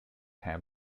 have